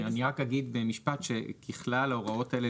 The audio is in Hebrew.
אני רק אגיד במשפט שככל ההוראות האלה